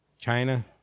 China